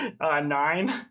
nine